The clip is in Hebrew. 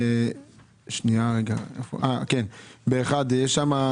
בסעיף 1 יש נאמר: